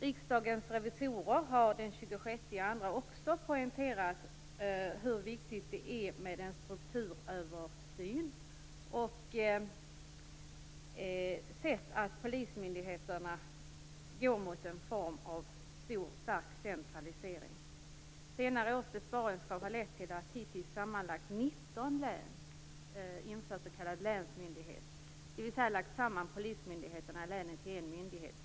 Riksdagens revisorer har den 26 februari också poängterat hur viktigt det är med en strukturöversyn. Man har sett att polismyndigheterna går mot en form av stark centralisering. Senare års besparingskrav har lett till att hittills sammanlagt 19 län infört s.k. länsmyndighet, dvs. lagt samman polismyndigheterna i länet till en myndighet.